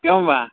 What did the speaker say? एवं वा